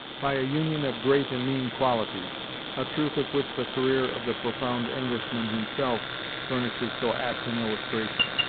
by a union of great and mean qualities a truth of which the career of the profound englishman himself furnishes so apt an illustration.